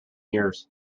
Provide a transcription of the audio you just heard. years